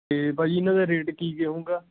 ਅਤੇ ਭਾਅ ਜੀ ਇਹਨਾਂ ਦਾ ਰੇਟ ਕੀ ਹੋਊਗਾ